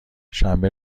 شنبه